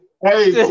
Hey